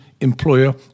employer